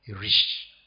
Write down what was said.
rich